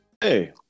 Hey